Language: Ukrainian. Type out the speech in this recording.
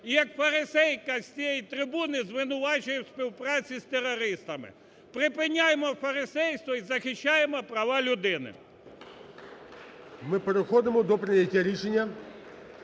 як фарисейка з цієї трибуни звинувачує у співпраці з терористами. Припиняймо фарисейство і захищаймо права людини! ГОЛОВУЮЧИЙ. Ми переходимо до прийняття рішення.